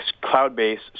cloud-based